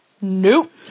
Nope